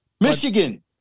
Michigan